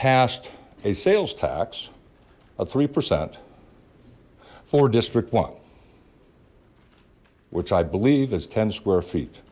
passed a sales tax of three percent for district one which i believe is ten square feet